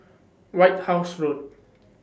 White House Road